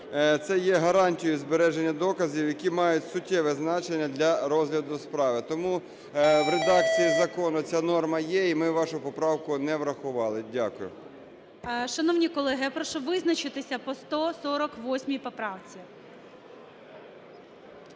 це є гарантією збереження доказів, які мають суттєве значення для розгляду справи. Тому в редакції закону ця норма є, і ми вашу поправку не врахували. Дякую. ГОЛОВУЮЧИЙ. Шановні колеги, я прошу визначитися по 148 поправці.